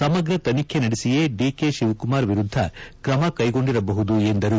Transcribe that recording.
ಸಮಗ್ರ ತನಿಖೆ ನಡೆಸಿಯೇ ಡಿಕೆ ಶಿವಕುಮಾರ್ ವಿರುದ್ದ ಕ್ರಮ ಕ್ಟೆಗೊಂಡಿರಬಹುದು ಎಂದರು